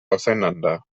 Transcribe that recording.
auseinander